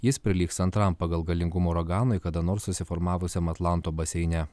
jis prilygsta antram pagal galingumą uraganui kada nors susiformavusiam atlanto baseine